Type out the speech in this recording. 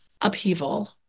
upheaval